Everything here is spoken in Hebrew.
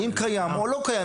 האם קיים או לא קיים?